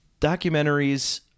Documentaries